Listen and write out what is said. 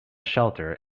shelter